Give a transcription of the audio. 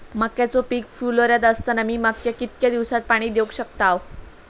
मक्याचो पीक फुलोऱ्यात असताना मी मक्याक कितक्या दिवसात पाणी देऊक शकताव?